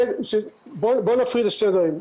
בוא נפריד לשני דברים,